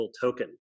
token